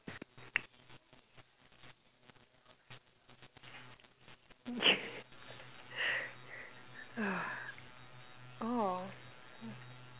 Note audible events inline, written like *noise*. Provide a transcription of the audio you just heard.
*laughs* *noise* oh